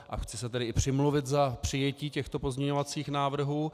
A chci se tedy i přimluvit za přijetí těchto pozměňovacích návrhů.